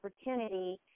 opportunity